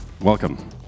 welcome